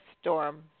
storm